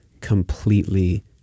completely